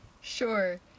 Sure